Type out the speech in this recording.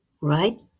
right